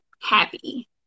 happy